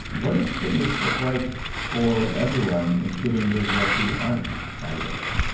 what does fitness look like for everyone including those of us who aren't body builders?